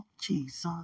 Jesus